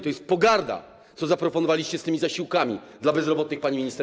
To jest pogarda, co zaproponowaliście z tymi zasiłkami dla bezrobotnych, pani minister.